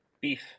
Beef